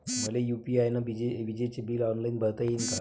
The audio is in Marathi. मले यू.पी.आय न विजेचे बिल ऑनलाईन भरता येईन का?